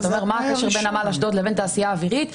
אתה אומר מה הקשר בין נמל אשדוד לבין תעשייה אווירית,